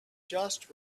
just